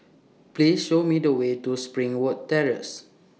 Please Show Me The Way to Springwood Terrace